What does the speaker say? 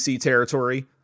territory